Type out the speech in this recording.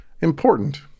important